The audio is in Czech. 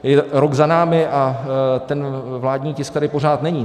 Je rok za námi a ten vládní tisk tady pořád není.